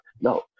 No